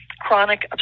chronic